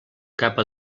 capa